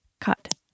cut